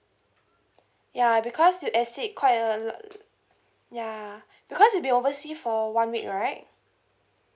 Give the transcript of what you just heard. ya because you exceed quite a l~ ya because you will be oversea for one week right